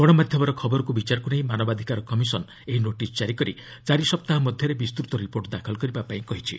ଗଣମାଧ୍ୟମର ଖବରକୃ ବିଚାରକୃ ନେଇ ମାନବାଧିକାର କମିଶନ୍ ଏହି ନୋଟିସ୍ ଜାରି କରି ଚାରିସପ୍ତାହ ମଧ୍ୟରେ ବିସ୍ତତ ରିପୋର୍ଟ ଦାଖଲ କରିବା ପାଇଁ କହିଛି